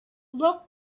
look